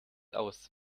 aus